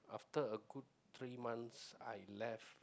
after a good three months I left